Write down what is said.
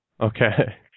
Okay